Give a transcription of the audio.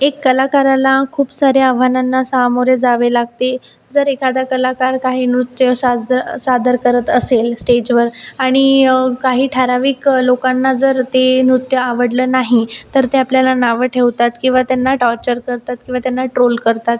एक कलाकाराला खूप साऱ्या आव्हानांना सामोरे जावे लागते जर एखादा कलाकार काही नृत्य साजद सादर करत असेल स्टेजवर आणि काही ठरावीक लोकांना जर ते नृत्य आवडलं नाही तर ते आपल्याला नावं ठेवतात किंवा त्यांना टाॅर्चर करतात किंवा त्यांना ट्रोल करतात